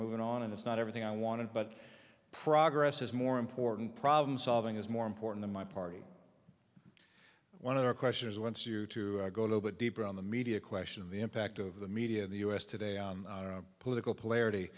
moving on and it's not everything i wanted but progress is more important problem solving is more important in my party one of the questioners wants you to go a little bit deeper on the media question of the impact of the media the us today on political pla